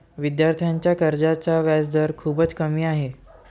विद्यार्थ्यांच्या कर्जाचा व्याजदर खूपच कमी आहे